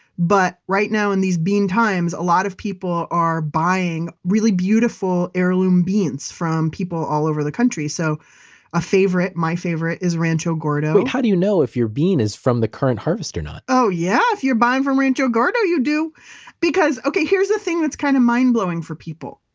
but right now in these bean times, a lot of people are buying really beautiful heirloom beans from people all over the country. so a favorite, my favorite is rancho gordo wait. how do you know if your being is from the current harvest or not? oh yeah. if you're buying from rancho gordo, you do because, okay, here's the thing that's kind of mind blowing for people.